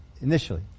initially